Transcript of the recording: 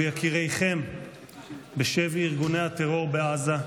ויקיריכם בשבי ארגוני הטרור בעזה,